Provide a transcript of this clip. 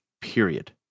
period